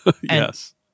Yes